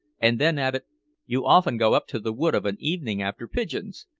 and then added you often go up to the wood of an evening after pigeons.